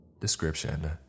Description